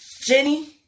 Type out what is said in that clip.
Jenny